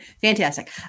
Fantastic